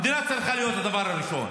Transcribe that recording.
המדינה צריכה להיות הדבר הראשון.